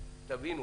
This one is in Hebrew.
תבינו